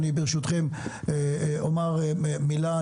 ברשותכם אני אומר מילה.